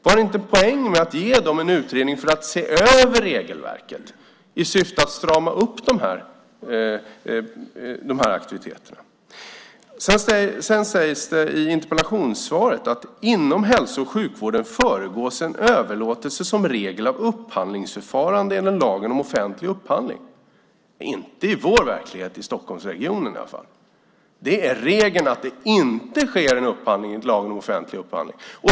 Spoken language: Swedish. Vad det inte en poäng att låta Statskontoret se över regelverket, i syfte att strama upp aktiviteterna? Av interpellationssvaret framkom att inom hälso och sjukvården föregås en överlåtelse som regel av upphandlingsförfarande enligt lagen om offentlig upphandling. Så är det inte i vår verklighet i Stockholmsregionen. Det är regel att det inte sker en upphandling enligt lagen om offentlig upphandling.